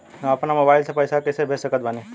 हम अपना मोबाइल से पैसा कैसे भेज सकत बानी?